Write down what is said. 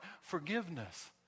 forgiveness